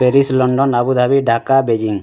Paris London Abu Dhabi Dhaka Beijing